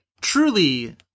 truly